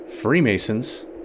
Freemasons